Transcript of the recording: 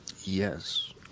Yes